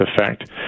effect